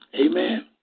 Amen